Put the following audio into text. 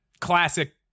classic